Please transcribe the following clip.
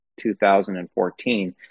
2014